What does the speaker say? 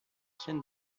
quien